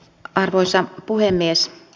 arvoisa puhemies